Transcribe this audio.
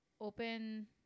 open